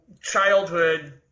childhood –